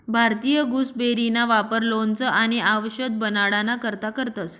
भारतीय गुसबेरीना वापर लोणचं आणि आवषद बनाडाना करता करतंस